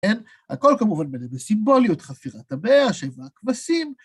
הכל כמובן בסימבוליות, חפירת הבאר, שבעה כבשים.